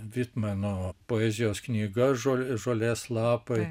vitmeno poezijos knyga žo žolės lapai